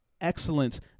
excellence